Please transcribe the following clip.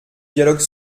dialogue